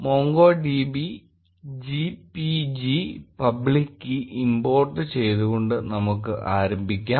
MongoDB GPG public key import ചെയ്തുകൊണ്ട് നമുക്ക് ആരംഭിക്കാം